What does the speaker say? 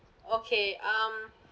okay um